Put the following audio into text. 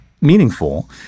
meaningful